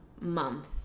month